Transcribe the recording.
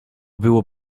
było